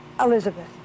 Elizabeth